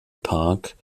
park